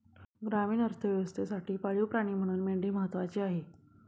ग्रामीण अर्थव्यवस्थेसाठी पाळीव प्राणी म्हणून मेंढी महत्त्वाची आहे